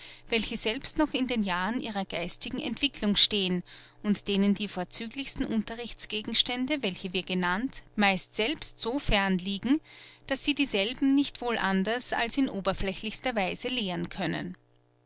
welche selbst noch in den jahren ihrer geistigen entwicklung stehen und denen die vorzüglichsten unterrichtsgegenstände welche wir genannt meist selbst so fern liegen daß sie dieselben nicht wohl anders als in oberflächlichster weise lehren können